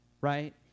right